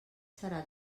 serà